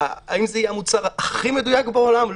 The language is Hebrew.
האם זה יהיה המוצר הכי מדויק בעולם?